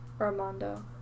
Armando